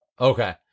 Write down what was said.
Okay